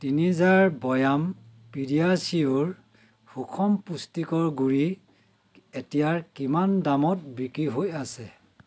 তিনি জাৰ বৈয়াম পিডিয়াচিউৰ সুষম পুষ্টিকৰ গুড়ি এতিয়া কিমান দামত বিক্ৰী হৈ আছে